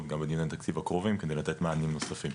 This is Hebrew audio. גם בדיוני התקציב הקרובים כדי לתת מענים נוספים.